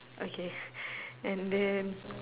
okay and then